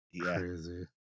Crazy